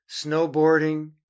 snowboarding